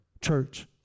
church